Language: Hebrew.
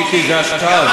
זאת השעה.